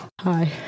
hi